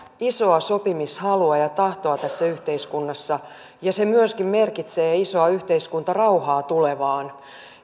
isoa sopimishalua ja tahtoa tässä yhteiskunnassa ja se myöskin merkitsee isoa yhteiskuntarauhaa tulevaan